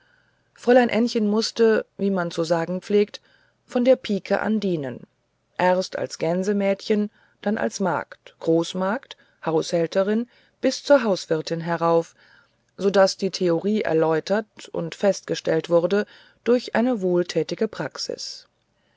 fräulein ännchen mußte wie man zu sagen pflegt von der pike an dienen erst als gänsemädchen dann als magd großmagd haushälterin bis zur hauswirtin herauf so daß die theorie erläutert und festgestellt wurde durch eine wohltätige praxis